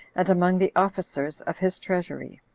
and among the officers of his treasury.